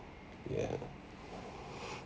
ya